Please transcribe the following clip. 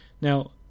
now